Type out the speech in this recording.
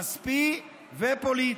כספי ופוליטי.